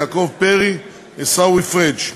יעקב פרי ועיסאווי פריג'.